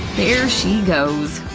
there she goes.